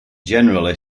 generally